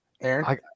Aaron